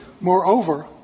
Moreover